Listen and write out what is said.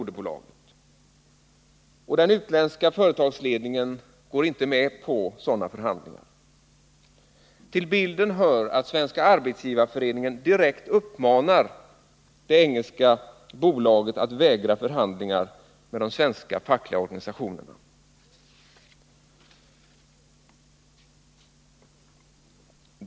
Den utländska företagsledningen går inte med på sådana förhandlingar. Till bilden hör att Svenska arbetsgivareföreningen direkt uppmanar det engelska moderbolaget att vägra att förhandla med de fackliga organisationerna i Sverige.